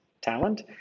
talent